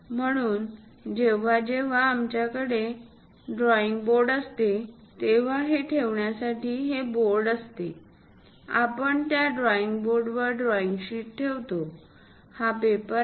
म्हणून जेव्हा जेव्हा जेव्हा आमच्याकडे ड्रॉईंग बोर्ड असते तेव्हा हे ठेवण्यासाठी हे बोर्ड असते आपण त्या ड्रॉईंग बोर्डावर ड्रॉईंग शीट ठेवतो हा पेपर आहे